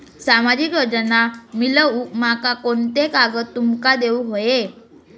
सामाजिक योजना मिलवूक माका कोनते कागद तुमका देऊक व्हये?